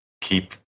keep